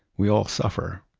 we all suffer,